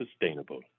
sustainable